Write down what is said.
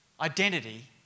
identity